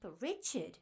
Richard